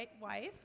wife